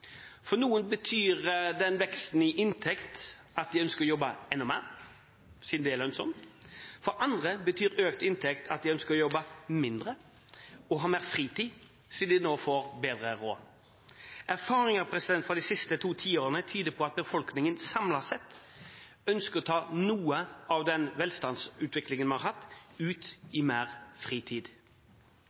For noen betyr den veksten i inntekt at de ønsker å jobbe enda mer, siden det er lønnsomt. For andre betyr økt inntekt at de ønsker å jobbe mindre og ha mer fritid, siden de nå får bedre råd. Erfaringer fra de siste to tiårene tyder på at befolkningen samlet sett ønsker å ta noe av den velstandsutviklingen vi har hatt, ut i mer fritid.